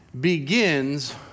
begins